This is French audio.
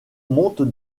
monte